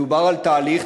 מדובר על תהליך,